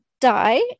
die